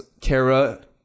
Kara